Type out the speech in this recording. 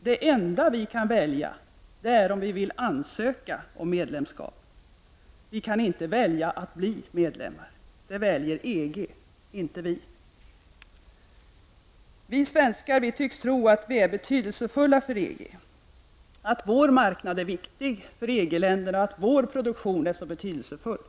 Det enda vi kan välja är om vi vill ansöka om medlemskap — vi kan inte välja om vi skall bli medlemmar. Det väljer EG — inte vi. Vi svenskar tycks tro att vi är betydelsefulla för EG och att vår marknad är viktig för EG-länderna och att vår produktion är betydelsefull.